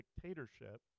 dictatorship